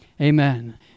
Amen